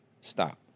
Stop